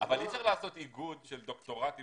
אבל אי אפשר לעשות איגוד של דוקטורטים